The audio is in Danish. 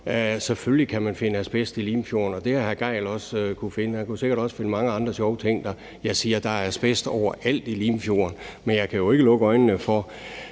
Selvfølgelig kan man finde asbest i Limfjorden, og det har hr. Torsten Gejl også kunnet finde. Han kunne sikkert også finde mange andre sjove ting der. Jeg siger, at der er asbest overalt i Limfjorden, men jeg kan jo ikke lukke øjnene for,